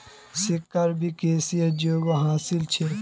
सिक्काक भी करेंसीर जोगोह हासिल छ